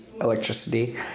electricity